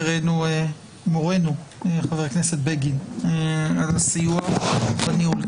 (היו"ר גלעד קריב) תודה מורנו חבר הכנסת בגין על הסיוע בניהול הישיבה.